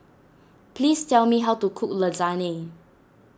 please tell me how to cook Lasagne